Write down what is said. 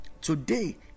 Today